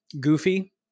goofy